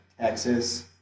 Texas